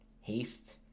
Haste